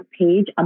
page